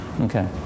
Okay